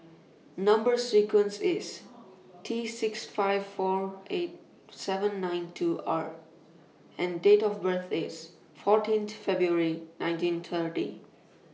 Number sequence IS T six five four eight seven nine two R and Date of birth IS fourteen February nineteen thirty